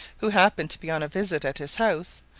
who happened to be on a visit at his house,